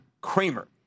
Kramer